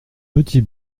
petit